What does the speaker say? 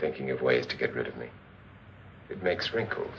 thinking of ways to get rid of me it makes wrinkles